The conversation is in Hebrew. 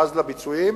ואז לביצועים,